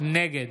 נגד